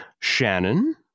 Shannon